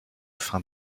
fin